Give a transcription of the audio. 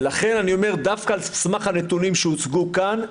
לכן אני אומר דווקא על סמך הנתונים שהוצגו כאן,